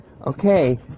Okay